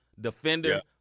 defender